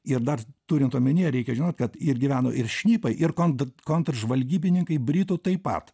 ir dar turint omenyje reikia žinot kad ir gyveno ir šnipai ir kond kontržvalgybininkai britų taip pat